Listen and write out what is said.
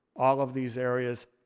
all of these areas.